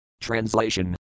Translation